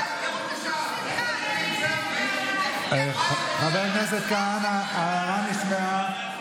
אין בושה, אומרת, חבר הכנסת כהנא, ההערה נשמעה.